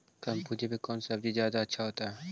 कम पूंजी में कौन सब्ज़ी जादा अच्छा होतई?